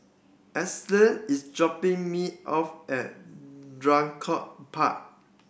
Edsel is dropping me off at Draycott Park